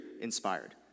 inspired